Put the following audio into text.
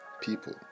people